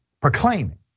proclaiming